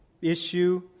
issue